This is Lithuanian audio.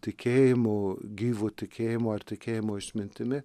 tikėjimu gyvu tikėjimu ar tikėjimo išmintimi